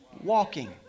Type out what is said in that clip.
walking